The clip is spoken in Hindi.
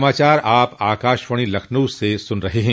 यह समाचार आप आकाशवाणी लखनऊ से सुन रहे हैं